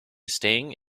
staying